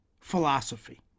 philosophy